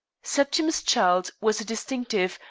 septimus childe was a distinctive,